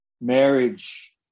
Marriage